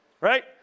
Right